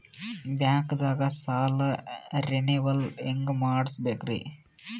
ಬ್ಯಾಂಕ್ದಾಗ ಸಾಲ ರೇನೆವಲ್ ಹೆಂಗ್ ಮಾಡ್ಸಬೇಕರಿ?